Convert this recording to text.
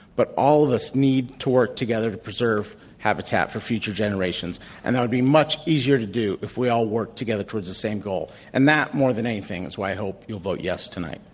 but all of us need to work together to preserve habitats for future generations and that would be much easier to do if we all worked together towards the same goal. and that, more than anything, is why i hope you will vote, yes, tonight.